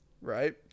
Right